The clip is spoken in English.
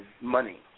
money